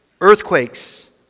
Earthquakes